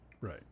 right